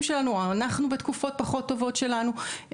שלנו או אנחנו בתקופות פחות טובות שלנו,